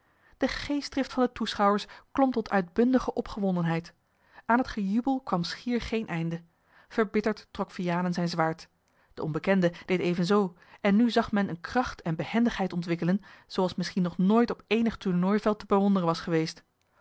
de geestdrift van de toeschouwers klom tot uitbundige op gewondenheid aan het gejubel kwam schier geen einde verbitterd trok vianen zijn zwaard de onbekende deed evenzoo en nu zag men eene kracht en behendigheid ontwikkelen zooals misschien nog nooit op eenig tournooiveld te bewonderen was geweest